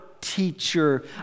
teacher